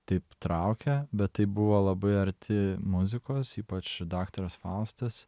taip traukė bet tai buvo labai arti muzikos ypač daktaras faustas